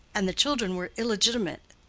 and the children were illegitimate.